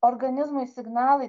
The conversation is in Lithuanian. organizmui signalai